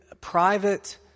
private